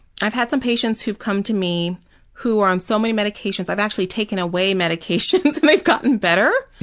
i've had some patients who come to me who are on so many medications i've actually taken away medications and they have gotten better,